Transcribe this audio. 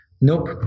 nope